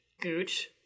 Gooch